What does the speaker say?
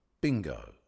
bingo